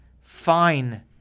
fine